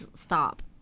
stop